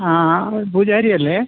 ആ പൂജാരിയല്ലേ